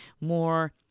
more